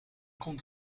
komt